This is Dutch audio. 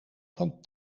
van